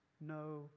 no